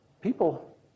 people